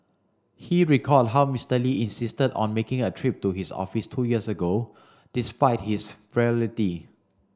he recalled how Mister Lee insisted on making a trip to his office two years ago despite his frailty